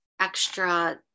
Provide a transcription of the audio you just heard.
extra